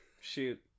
Shoot